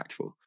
impactful